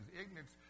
Ignorance